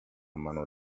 mano